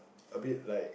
a bit like